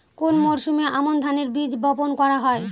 কোন মরশুমে আমন ধানের বীজ বপন করা হয়?